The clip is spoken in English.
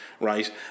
right